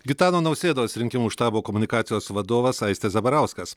gitano nausėdos rinkimų štabo komunikacijos vadovas aistis zabarauskas